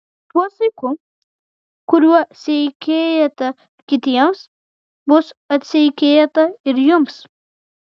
tuo saiku kuriuo seikėjate kitiems bus atseikėta ir jums